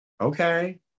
Okay